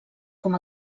com